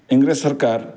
ଇଂରେଜ ସରକାର